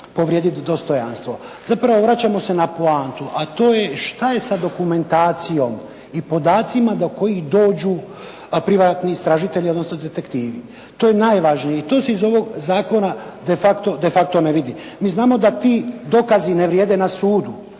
povrijediti dostojanstvo. Zapravo vraćamo se na poantu, a to je šta je sa dokumentacijom i podacima do kojih dođu privatni istražitelji, odnosno detektivi. To je najvažnije i to se iz ovog zakona de facto ne vidi. Mi znamo da ti dokazi ne vrijede na sudu,